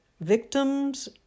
victims